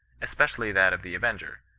especially that of the avenger,